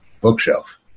bookshelf